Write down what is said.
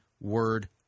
word